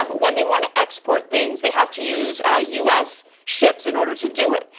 um when they want to export things they have to use us ships in order to do it.